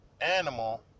animal